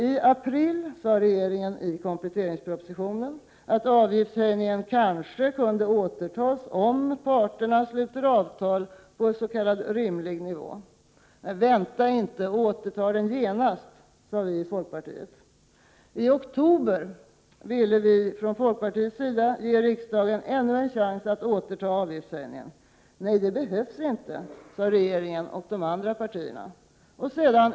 I april sade regeringen i kompletteringspropositionen att avgiftshöjningen kanske kunde återtas om parterna sluter avtal på s.k. rimlig nivå. Vänta inte utan återta höjningen genast, sade vii folkpartiet. I oktober ville vi från folkpartiets sida ge riksdagen ännu en chans att återta avgiftshöjningen. Nej, det behövs inte, sade regeringen och de andra partierna.